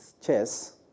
Chess